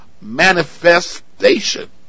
manifestation